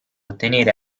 ottenere